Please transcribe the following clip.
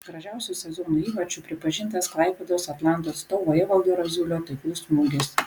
gražiausiu sezono įvarčiu pripažintas klaipėdos atlanto atstovo evaldo raziulio taiklus smūgis